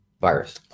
virus